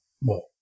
more